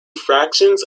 fractions